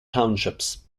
townships